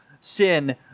sin